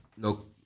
look